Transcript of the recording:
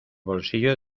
bolsillo